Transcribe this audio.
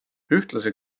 ühtlasi